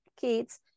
kids